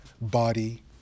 body